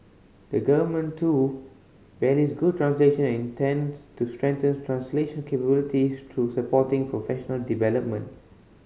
the Government too values good translation and intends to strengthen translation capabilities through supporting professional development